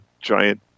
giant